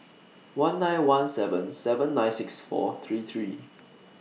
one nine one seven seven nine six four three three